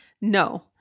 No